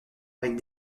avec